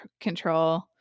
control